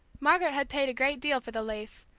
margaret had paid a great deal for the lace,